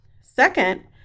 Second